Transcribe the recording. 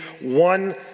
one